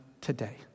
today